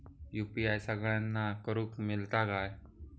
UPI सगळ्यांना करुक मेलता काय?